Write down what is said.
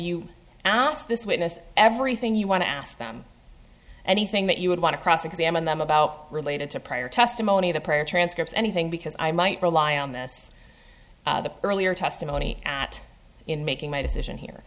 asked this witness everything you want to ask them anything that you would want to cross examine them about related to prior testimony the prior transcripts anything because i might rely on this the earlier testimony at in making my decision here